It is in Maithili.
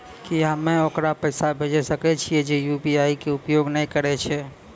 की हम्मय ओकरा पैसा भेजै सकय छियै जे यु.पी.आई के उपयोग नए करे छै?